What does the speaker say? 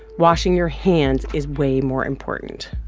washing your hands is way more important.